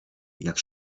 jak